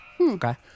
Okay